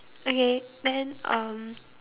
okay then um